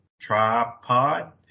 tripod